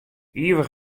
ivich